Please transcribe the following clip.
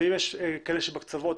ואם יש כאלה שבקצוות,